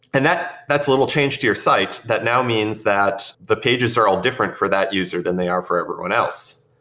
and that's a little change to your site. that now means that the pages are all different for that user than they are for everyone else.